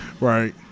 Right